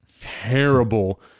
terrible